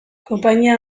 konpainia